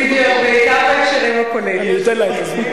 הבדיחות על אכילת צפרדעים הן יותר מוצלחות.